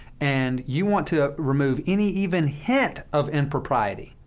and you want to remove any even hint of impropriety,